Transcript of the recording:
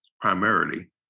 primarily